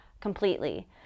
completely